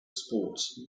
sports